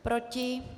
Proti?